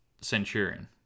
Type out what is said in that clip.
centurion